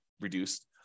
reduced